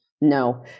no